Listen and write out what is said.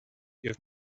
have